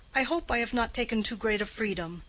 i hope i have not taken too great a freedom.